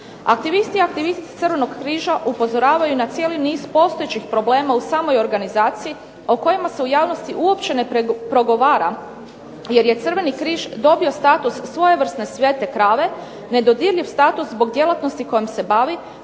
Aktivisti i aktivistice Crvenog križa upozoravaju na cijeli niz postojećih problema u samoj organizaciji o kojima se u javnosti uopće ne progovara, jer je Crveni križ dobio status svojevrsne svete krave, nedodirljiv status zbog djelatnosti kojom se bavi,